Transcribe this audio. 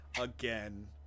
again